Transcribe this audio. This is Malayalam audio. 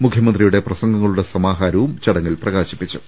മുഖ്യമന്ത്രിയുടെ പ്രസംഗങ്ങളുടെ സമാഹാരവും ചടങ്ങിൽ പ്രകാശിപ്പിച്ചു